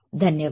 धन्यवाद